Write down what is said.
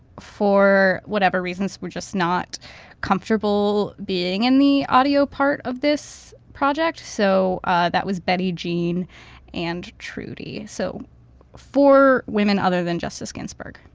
for whatever reasons, were just not comfortable being in the audio part of this project. so that was betty jean and trudy. so for women other than justice ginsburg,